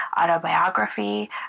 autobiography